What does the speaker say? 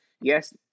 yes